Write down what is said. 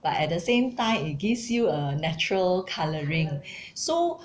but at the same time it gives you a natural colouring so